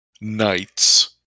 knights